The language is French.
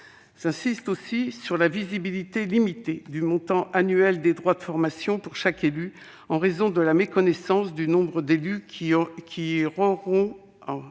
J'insiste aussi sur la visibilité limitée du montant annuel des droits de formation pour chaque élu, en raison de la méconnaissance du nombre d'élus qui auront